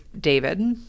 David